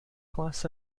glas